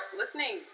listening